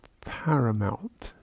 paramount